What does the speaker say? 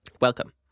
Welcome